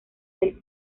del